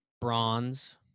bronze